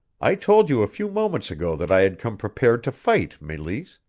i told you a few moments ago that i had come prepared to fight, meleese.